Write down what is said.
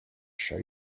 show